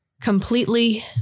completely